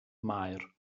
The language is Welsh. maer